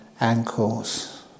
ankles